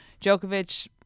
Djokovic